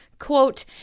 Quote